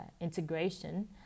integration